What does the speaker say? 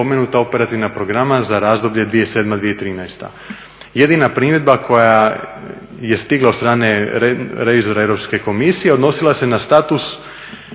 sva 4 spomenuta operativna programa za razdoblje 2007.-2013. Jedina primjedba koja je stigla od strane revizora Europske komisije odnosila se na status